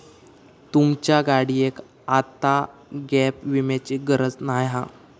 तुमच्या गाडियेक आता गॅप विम्याची गरज नाय हा